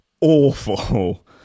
awful